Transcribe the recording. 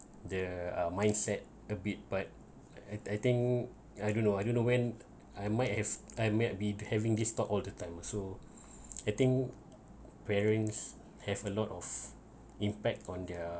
the uh mindset a bit but I I think I don't know I don't know when I might have I might be having this talk all the time so I think parents have a lot of impact on their